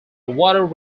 water